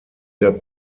der